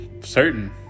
certain